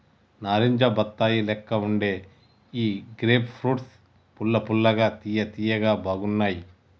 నారింజ బత్తాయి లెక్క వుండే ఈ గ్రేప్ ఫ్రూట్స్ పుల్ల పుల్లగా తియ్య తియ్యగా బాగున్నాయ్